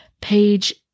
page